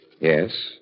Yes